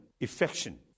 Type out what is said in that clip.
affection